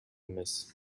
эмес